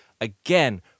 again